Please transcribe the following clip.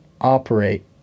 operate